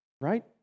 right